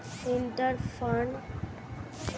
Inter bank fund transfer কি?